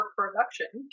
production